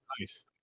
Nice